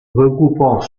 regroupant